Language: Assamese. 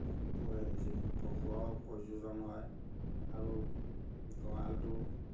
পহুৱাৰ প্ৰয়োজন হয় আৰু গঁৰালটো